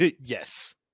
Yes